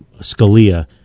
Scalia